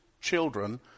children